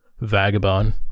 vagabond